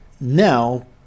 now